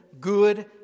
good